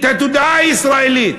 את התודעה הישראלית.